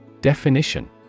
Definition